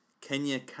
Kenya